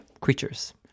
creatures